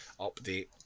update